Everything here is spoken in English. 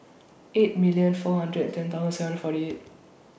eight million four hundred and ten thousand forty eight